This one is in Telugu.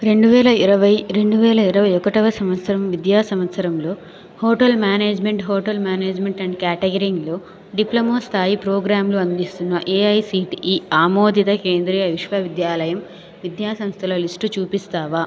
రెండు వేల ఇరవై రెండు వేల ఇరవై ఒకటవ సంవత్సరం విద్యా సంవత్సరంలో hotel management hotel management and క్యాటరింగ్లో డిప్లొమా స్థాయి ప్రోగ్రాంలు అందిస్తున్న ఎఐసిటిఇ ఆమోదిత కేంద్రీయ విశ్వవిద్యాలయం విద్యా సంస్థల లిస్టు చూపిస్తావా